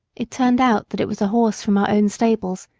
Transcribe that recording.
it turned out that it was a horse from our own stables,